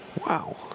Wow